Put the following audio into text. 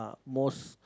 mosque